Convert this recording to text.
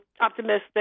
optimistic